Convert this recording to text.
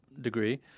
degree